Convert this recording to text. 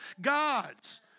gods